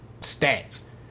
stats